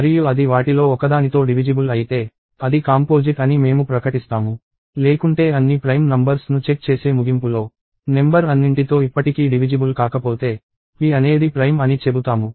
మరియు అది వాటిలో ఒకదానితో డివిజిబుల్ అయితే అది కాంపోజిట్ అని మేము ప్రకటిస్తాము లేకుంటే అన్ని ప్రైమ్ నంబర్స్ ను చెక్ చేసే ముగింపులో నెంబర్ అన్నింటితో ఇప్పటికీ డివిజిబుల్ కాకపోతే p అనేది ప్రైమ్ అని చెబుతాము